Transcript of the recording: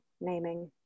naming